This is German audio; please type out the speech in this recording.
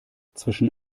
zwischen